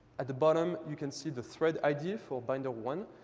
at the bottom, you can see the thread id for binder one.